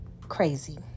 crazy